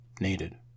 needed